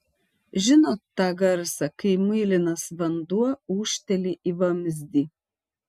žinot tą garsą kai muilinas vanduo ūžteli į vamzdį